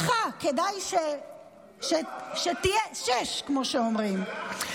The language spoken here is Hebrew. שמחה, כדאי שתהיה, ששש, כמו שאומרים.